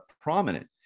prominent